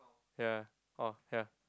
ya orh ya